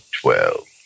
twelve